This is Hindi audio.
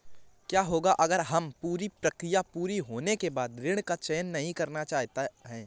क्या होगा अगर हम पूरी प्रक्रिया पूरी होने के बाद ऋण का चयन नहीं करना चाहते हैं?